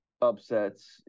upsets